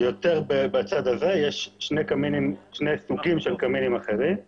בצד הזה יש שני סוגים של קמינים אחרים,